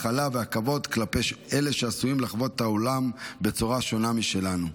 ההכלה והכבוד כלפי אלה שעשויים לחוות את העולם בצורה שונה משלנו.